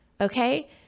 Okay